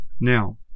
Now